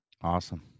Awesome